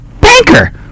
Banker